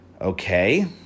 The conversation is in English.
Okay